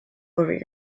over